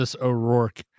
O'Rourke